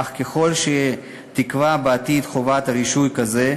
אך ככל שתיקבע בעתיד חובת רישוי כזו,